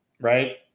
right